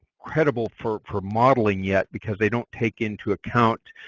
credible for for modeling yet because they don't take into account